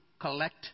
collect